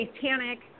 satanic